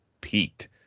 peaked